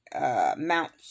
Mount